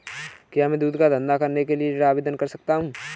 क्या मैं दूध का धंधा करने के लिए ऋण आवेदन कर सकता हूँ?